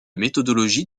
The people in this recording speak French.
méthodologie